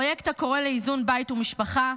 פרויקט הקורא לאיזון בית ומשפחה,